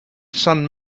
son